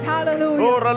Hallelujah